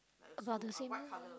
about the same